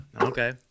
okay